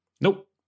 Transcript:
Nope